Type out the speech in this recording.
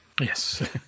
Yes